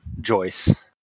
Joyce